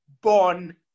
born